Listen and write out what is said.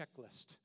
checklist